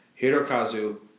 Hirokazu